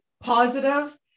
positive